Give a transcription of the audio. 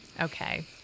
okay